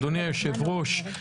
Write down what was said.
אדוני היושב-ראש,